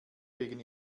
wegen